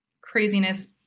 craziness